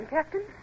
Captain